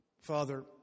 Father